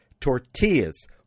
tortillas